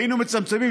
היינו מצמצמים.